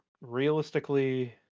realistically